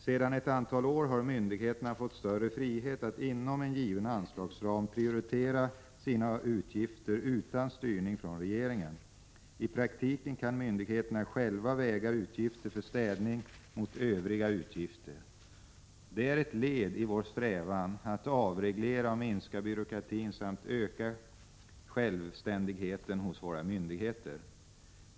Sedan ett antal år har myndigheterna fått större frihet att inom en given anslagsram prioritera sina utgifter utan styrning från regeringen. I praktiken kan myndigheterna själva väga utgifter för städning mot övriga utgifter. Det är ett led i vår strävan att avreglera och minska byråkratin samt öka självständigheten hos våra myndigheter.